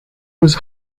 was